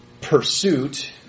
pursuit